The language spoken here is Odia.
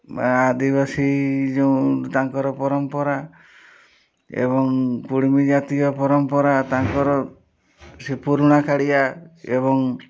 ଆଦିବାସୀ ଯୋଉଁ ତାଙ୍କର ପରମ୍ପରା ଏବଂ କୁଡ଼୍ମି ଜାତୀୟ ପରମ୍ପରା ତାଙ୍କର ସେ ପୁରୁଣାକାଳିଆ ଏବଂ